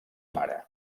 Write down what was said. mare